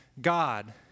God